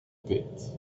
pit